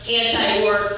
anti-war